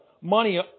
money